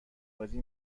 بازی